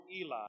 Eli